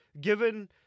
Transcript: given